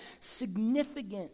significant